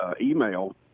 email